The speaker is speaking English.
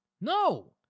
No